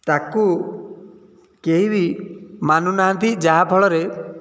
ତାକୁ କେହି ବି ମାନୁ ନାହାନ୍ତି ଯାହା ଫଳରେ